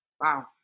wow